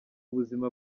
buzima